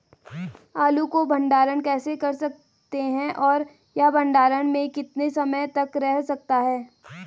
आलू को भंडारण कैसे कर सकते हैं और यह भंडारण में कितने समय तक रह सकता है?